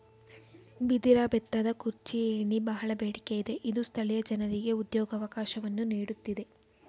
ಬಿದಿರ ಬೆತ್ತದ ಕುರ್ಚಿ, ಏಣಿ, ಬಹಳ ಬೇಡಿಕೆ ಇದೆ ಇದು ಸ್ಥಳೀಯ ಜನರಿಗೆ ಉದ್ಯೋಗವಕಾಶವನ್ನು ನೀಡುತ್ತಿದೆ